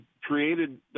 created